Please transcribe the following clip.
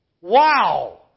Wow